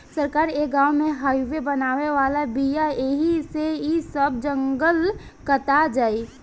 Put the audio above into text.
सरकार ए गाँव में हाइवे बनावे वाला बिया ऐही से इ सब जंगल कटा जाई